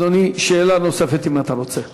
אדוני, שאלה נוספת אם אתה רוצה.